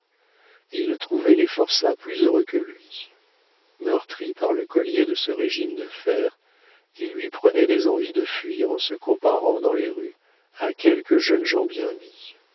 il trouvait les forçats plus heureux que lui meurtri par le collier de ce régime de fer il lui prenait des envies de fuir en se comparant dans les rues à quelques jeunes gens bien mis